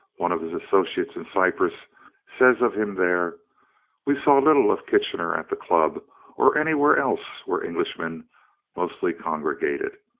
one of his associates in cyprus says of him there we saw little of kitchener at the club or anywhere else where englishmen mostly congregated,